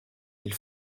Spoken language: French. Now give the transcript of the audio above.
ils